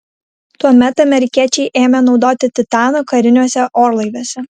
tuomet amerikiečiai ėmė naudoti titaną kariniuose orlaiviuose